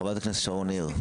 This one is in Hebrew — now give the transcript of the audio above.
חברת הכנסת שרון ניר.